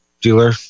dealer